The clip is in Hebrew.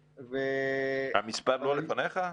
המספר לא לפניך?